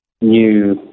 new